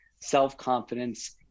self-confidence